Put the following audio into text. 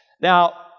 Now